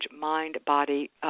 mind-body